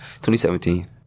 2017